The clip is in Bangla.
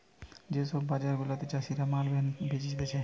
যে সব বাজার গুলাতে চাষীরা মাল বেচতিছে